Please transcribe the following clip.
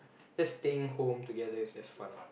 just staying home together is just fun